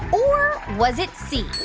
or was it c,